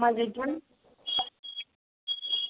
সমাজ অধ্যয়ন